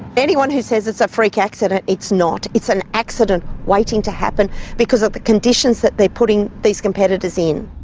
anyone who says it's a freak accident it's not. it's an accident waiting to happen because of the conditions that they're putting these competitors in.